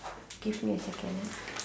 give me a second